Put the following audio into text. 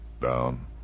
Down